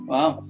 Wow